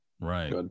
Right